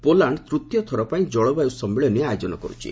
Poland ତୂତୀୟ ଥର ପାଇଁ ଜଳବାୟୁ ସମ୍ମିଳନୀ ଆୟୋଜନ କରୁଛି